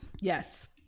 Yes